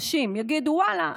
נשים יגידו: ואללה,